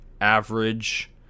average